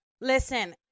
Listen